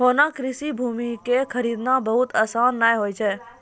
होना कृषि भूमि कॅ खरीदना बहुत आसान नाय होय छै